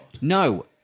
No